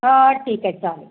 ठीक आहे चालेल